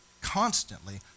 constantly